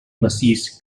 massís